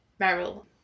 Meryl